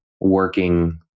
working